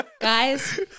guys